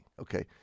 okay